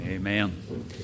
Amen